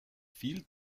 viel